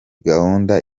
gahunda